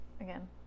again